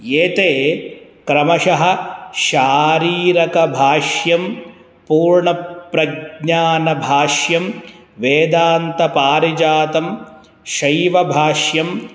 एते क्रमशः शारीरकभाष्यं पूर्णप्रज्ञानभाष्यं वेदान्तपारिजातं शैव भाष्यं